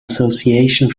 association